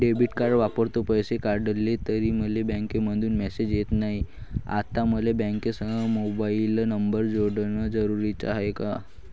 मी debit card वापरतो, पैसे काढले तरी मले बँकेमंधून मेसेज येत नाय, आता मले बँकेसंग मोबाईल नंबर जोडन जरुरीच हाय का?